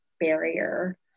barrier